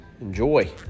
Enjoy